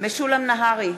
משולם נהרי,